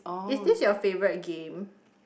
is this your favourite game